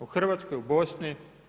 U Hrvatskoj, u Bosni?